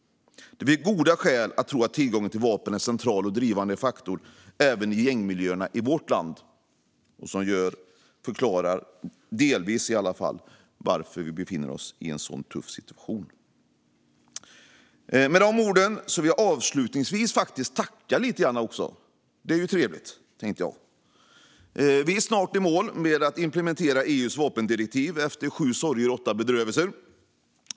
Det finns goda skäl att tro att tillgången till vapen är en central och drivande faktor även i gängmiljöerna i vårt land. Det förklarar i varje fall delvis varför vi befinner oss i en sådan tuff situation. Med de orden vill jag avslutningsvis tacka lite grann, och det är ju trevligt. Vi är snart i mål med att implementera EU:s vapendirektiv efter sju sorger och åtta bedrövelser.